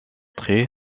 traits